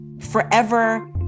forever